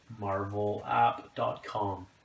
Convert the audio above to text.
marvelapp.com